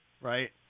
right